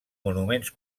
monuments